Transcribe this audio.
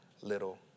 little